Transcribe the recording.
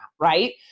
right